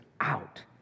out